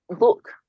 look